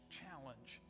challenge